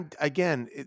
again